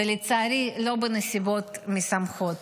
ולצערי, לא בנסיבות משמחות,